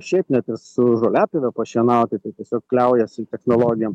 šiaip net su žoliapjove pašienauti tai tiesiog kliaujasi technologijom